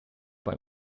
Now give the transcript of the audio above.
bei